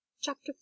chapter